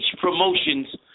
promotion's